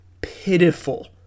pitiful